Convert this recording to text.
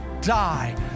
die